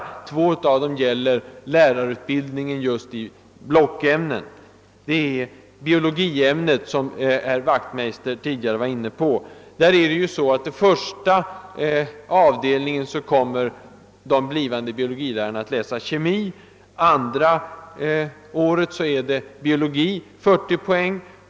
Två av dem rör lärarutbildningen i blockämnen. Vad gäller biologiämnet — som herr Wachtmeister tidigare berörde — kommer de blivande biologilärarna första året att läsa kemi och andra året biologi för 40 poäng.